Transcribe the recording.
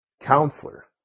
counselor